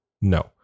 no